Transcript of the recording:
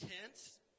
tense